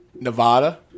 Nevada